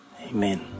Amen